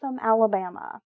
Alabama